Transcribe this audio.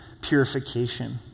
purification